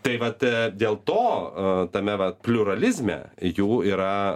tai vat dėl to tame va pliuralizme jų yra